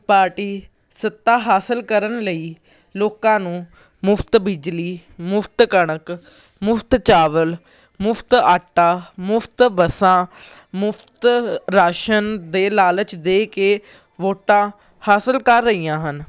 party ਸੱਤਾ ਹਾਸਲ ਕਰਨ ਲਈ ਲੋਕਾਂ ਨੂੰ ਮੁਫਤ ਬਿਜਲੀ ਮੁਫਤ ਕਣਕ ਮੁਫਤ ਚਾਵਲ ਮੁਫਤ ਆਟਾ ਮੁਫਤ ਬੱਸਾਂ ਮੁਫਤ ਰਾਸ਼ਨ ਦੇ ਲਾਲਚ ਦੇ ਕੇ ਵੋਟਾਂ ਹਾਸਿਲ ਕਰ ਰਹੀਆਂ ਹਨ